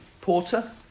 porter